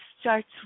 starts